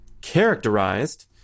characterized